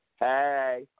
Hey